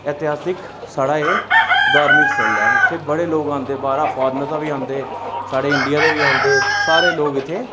ऐतिहासिक साढ़ा एह् धार्मिक स्थल ऐ इत्थै बड़े लोग औंदे बाह्रा फारन दा बी औंदे साढ़े इंडिया दे बी औंदे सारे लोग इत्थै